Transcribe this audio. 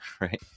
right